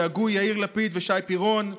שהגו יאיר לפיד ושי פירון,